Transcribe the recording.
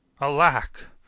Alack